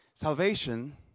Salvation